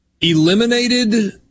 eliminated